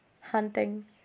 Hunting